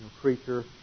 creature